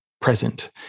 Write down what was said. present